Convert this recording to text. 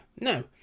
No